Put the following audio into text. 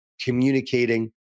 communicating